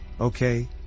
okay